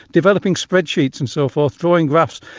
developing spreadsheets and so forth, drawing graphs,